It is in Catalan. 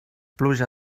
pluja